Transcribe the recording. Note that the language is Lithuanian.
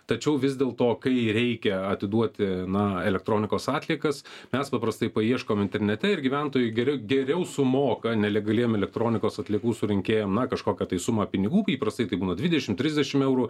tačiau vis dėl to kai reikia atiduoti na elektronikos atliekas mes paprastai paieškom internete ir gyventojai geriau geriau sumoka nelegaliem elektronikos atliekų surinkėjam na kažkokią sumą pinigų kai įprastai tai būna dvidešimt trisdešimt eurų